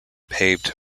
paved